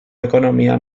ekonomia